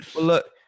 look